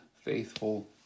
faithful